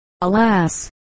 alas